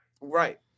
Right